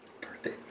Birthday